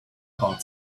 about